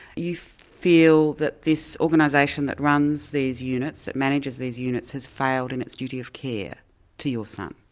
you feel that this organisation that runs these units, that manages these units, has failed in its duty of care to your son?